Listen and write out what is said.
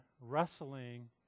wrestling